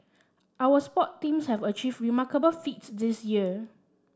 our sports teams have achieved remarkable feats this year